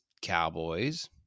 Cowboys